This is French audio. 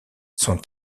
son